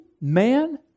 man